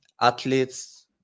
athletes